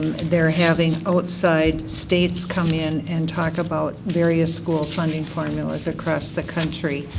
they're having outside states come in and talk about various school funding formulas across the country.